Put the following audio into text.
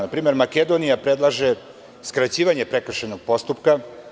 Na primer, Makedonija predlaže skraćivanje prekrašjnog postupka.